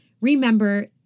Remember